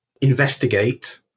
investigate